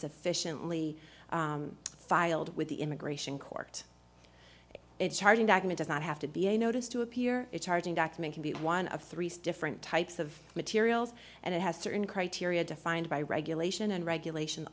sufficiently filed with the immigration court it charging document does not have to be a notice to appear it charging document can be one of three stiffer in types of materials and it has certain criteria defined by regulation and regulation